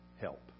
Help